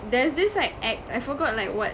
there's this like act I forgot like what